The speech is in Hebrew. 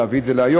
להביא את זה היום.